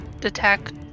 detect